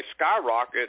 skyrocket